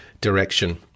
direction